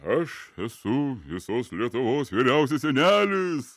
aš esu visos lietuvos vyriausias senelis